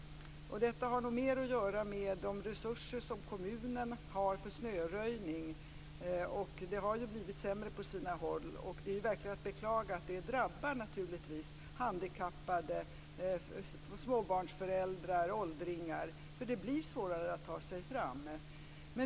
Detta har nog mer att göra med de resurser som kommunerna har för snöröjning. Det har blivit sämre på sina håll, vilket verkligen är att beklaga. Det drabbar naturligtvis handikappade, småbarnsföräldrar och åldringar, eftersom det blir svårare att ta sig fram.